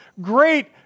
great